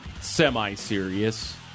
semi-serious